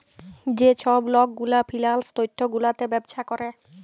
যে ছব লক গুলা ফিল্যাল্স তথ্য গুলাতে ব্যবছা ক্যরে